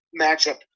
matchup